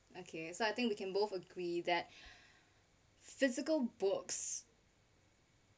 okay so I think we can both agree that physical books